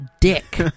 dick